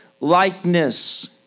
likeness